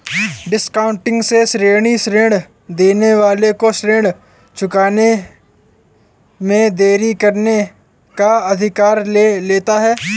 discounting से ऋणी ऋण देने वाले को ऋण चुकाने में देरी करने का अधिकार ले लेता है